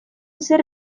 zer